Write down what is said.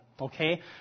Okay